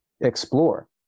explore